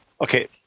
okay